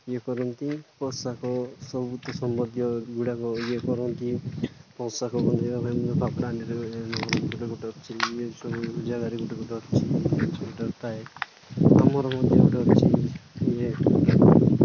ଇଏ କରନ୍ତି ପୋଷାକ ସବୁତ ସମ୍ବନ୍ଧୀୟ ଗୁଡ଼ାକ ଇଏ କରନ୍ତି ପୋଷାକ ବନ୍ଧେଇବା ପାଇଁ ଗୋଟେ ଗୋଟେ ଅଛି ସବୁ ଜାଗାରେ ଗୋଟେ ଗୋଟେ ଅଛି ସେଠାରେ ଥାଏ ତମର ମଧ୍ୟ ଗୋଟେ ଅଛି ଇଏ